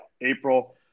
April